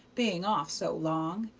being off so long,